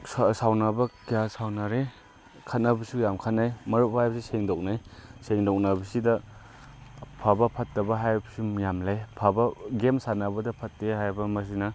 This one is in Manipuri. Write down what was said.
ꯁꯥꯎꯅꯕ ꯀꯌꯥ ꯁꯥꯎꯅꯔꯦ ꯈꯠꯅꯕꯁꯨ ꯌꯥꯝ ꯈꯠꯅꯩ ꯃꯔꯨꯞ ꯍꯥꯏꯕꯁꯦ ꯁꯦꯡꯗꯣꯛꯅꯩ ꯁꯦꯡꯗꯣꯛꯅꯕꯁꯤꯗ ꯑꯐꯕ ꯐꯠꯇꯕ ꯍꯥꯏꯕꯁꯨ ꯃꯌꯥꯝ ꯂꯩ ꯐꯕ ꯒꯦꯝ ꯁꯥꯟꯅꯕꯗ ꯐꯠꯇꯦ ꯍꯥꯏꯕ ꯑꯃꯁꯤꯅ